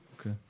Okay